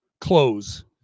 close